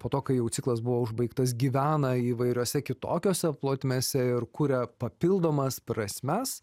po to kai jau ciklas buvo užbaigtas gyvena įvairiose kitokiose plotmėse ir kuria papildomas prasmes